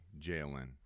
Jalen